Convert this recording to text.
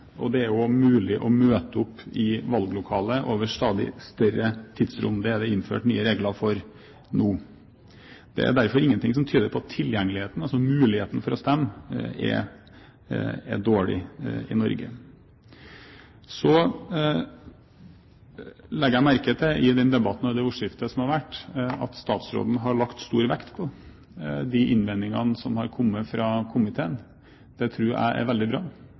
og det er også mulig å møte opp i valglokalet over et stadig større tidsrom. Det er det innført nye regler for nå. Det er derfor ingenting som tyder på at tilgjengeligheten, altså muligheten til å stemme, er dårlig i Norge. Så legger jeg merke til at statsråden i debatten og i det ordskiftet som har vært, har lagt stor vekt på de innvendingene som har kommet fra komiteen og fra Stortinget. Det tror jeg er veldig bra.